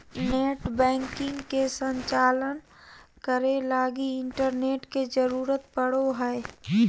net banking के संचालन करे लगी इंटरनेट के जरुरत पड़ो हइ